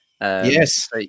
Yes